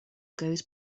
goes